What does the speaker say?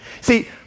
See